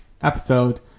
episode